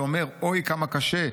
ואומר: 'אוי כמה קשה!